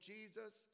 Jesus